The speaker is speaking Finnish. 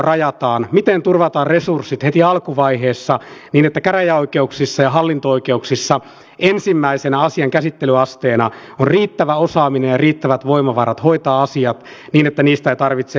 mutta samalla toki totean heti että käräjäoikeuksissa ja hallinto oikeuksissa ensimmäisenä asian käsittelyasteena on riittävä osaaminen ja kyllä kuntien veroprosentit ovat aika tavalla katossa